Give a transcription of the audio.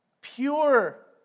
pure